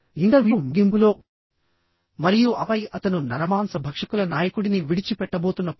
interview ముగింపులోమరియు ఆపై అతను నరమాంస భక్షకుల నాయకుడిని విడిచిపెట్టబోతున్నప్పుడు